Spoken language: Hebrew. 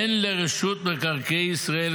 אין לרשות מקרקעי ישראל,